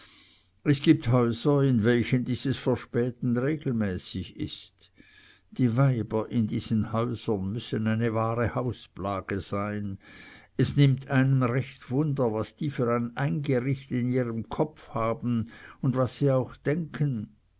es gibt häuser in welchen dieses verspäten regelmäßig ist die weiber in diesen häusern müssen eine wahre hausplage sein es nimmt einem recht wunder was die für ein eingericht in ihrem kopf haben und was sie auch denken